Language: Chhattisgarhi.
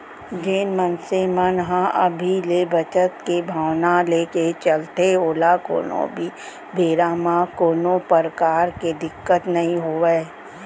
जेन मनसे मन ह अभी ले बचत के भावना लेके चलथे ओला कोनो भी बेरा म कोनो परकार के दिक्कत नइ होवय